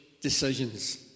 decisions